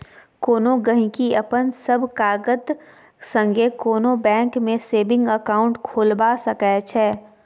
कोनो गहिंकी अपन सब कागत संगे कोनो बैंक मे सेबिंग अकाउंट खोलबा सकै छै